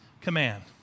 command